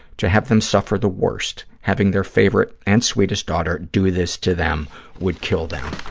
to have them suffer the worst, having their favorite and sweetest daughter do this to them would kill them.